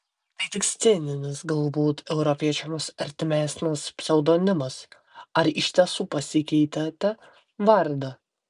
tai tik sceninis galbūt europiečiams artimesnis pseudonimas ar iš tiesų pasikeitėte vardą